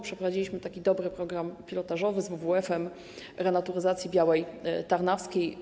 Przeprowadziliśmy taki dobry program pilotażowy z WWF renaturyzacji Białej Tarnowskiej.